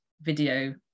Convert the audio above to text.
video